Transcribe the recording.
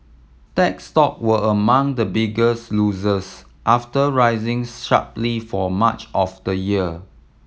tech stock were among the biggest losers after rising sharply for much of the year